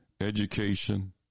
education